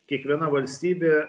kiekviena valstybė